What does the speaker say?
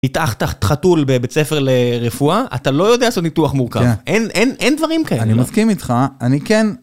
ניתחת חתול בבית ספר לרפואה, אתה לא יודע לעשות ניתוח מורכב. אין דברים כאלה. אני מסכים איתך, אני כן...